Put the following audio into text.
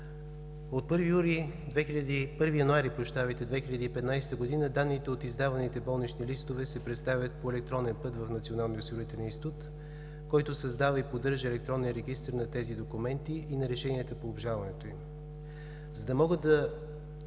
от 1 януари 2015 г. данните от издаваните болнични листове се представят по електронен път в Националния осигурителен институт, който създава и поддържа електронния регистър на тези документи и на решенията по обжалването им. За да може да